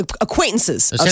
acquaintances